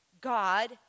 God